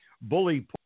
bully